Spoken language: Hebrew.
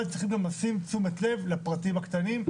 אבל צריכים גם לשים תשומת לב לפרטים הקטנים.